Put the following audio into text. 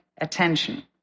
attention